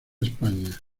españa